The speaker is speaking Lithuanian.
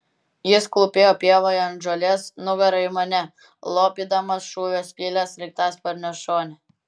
jis klūpėjo pievoje ant žolės nugara į mane lopydamas šūvio skylę sraigtasparnio šone